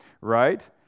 right